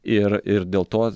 ir ir dėl to